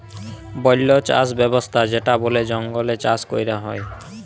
বল্য চাস ব্যবস্থা যেটা বলে জঙ্গলে চাষ ক্যরা হ্যয়